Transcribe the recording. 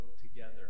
together